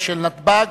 של נתב"ג,